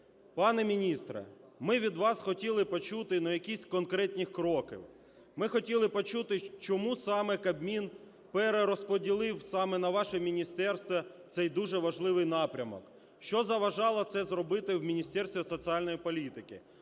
пане міністре, ми від вас хотіли почути якісь конкретні кроки. Ми хотіли почути, чому саме Кабмін перерозподілив саме на ваше міністерство цей дуже важливий напрямок. Що заважало це зробити в Міністерстві соціальної політики?